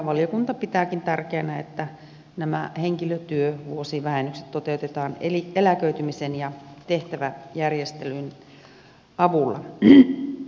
valiokunta pitääkin tärkeänä että nämä henkilötyövuosivähennykset toteutetaan eläköitymisen ja tehtäväjärjestelyn avulla